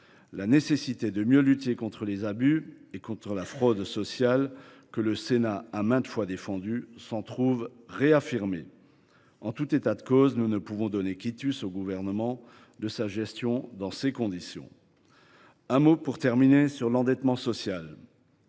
La nécessité de mieux lutter contre les abus et contre la fraude sociale, que le Sénat a maintes fois défendue, s’en trouve réaffirmée. En tout état de cause, nous ne pouvons pas donner quitus au Gouvernement de sa gestion dans ces conditions. Je dirai un mot, pour terminer, sur l’endettement social.